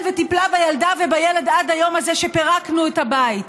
וטיפלה בילדה ובילד עד היום הזה שפירקנו את הבית.